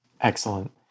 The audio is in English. Excellent